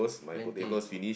plenty